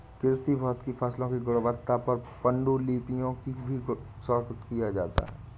कृषि भौतिकी फसलों की गुणवत्ता पर पाण्डुलिपियों का भी स्वागत किया जाता है